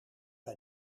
bij